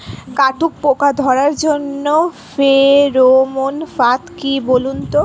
কাটুই পোকা ধরার জন্য ফেরোমন ফাদ কি বলুন তো?